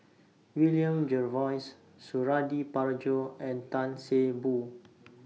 William Jervois Suradi Parjo and Tan See Boo